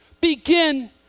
begin